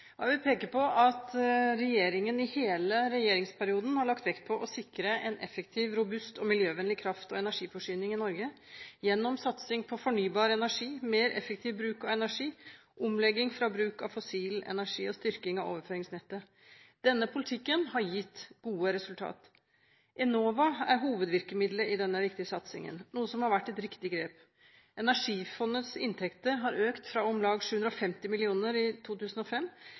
status. Jeg vil peke på at regjeringen i hele regjeringsperioden har lagt vekt på å sikre en effektiv, robust og miljøvennlig kraft- og energiforsyning i Norge gjennom satsing på fornybar energi, mer effektiv bruk av energi, omlegging fra bruk av fossil energi og styrking av overføringsnettet. Denne politikken har gitt gode resultater. Enova er hovedvirkemiddelet i denne viktige satsingen, noe som har vært et riktig grep. Energifondets inntekter har økt fra om lag 750 mill. kr i 2005